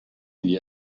wir